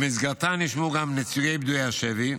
במסגרתה נשמעו גם נציגי פדויי השבי,